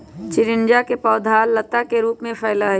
चिचिंडा के पौधवा लता के रूप में फैला हई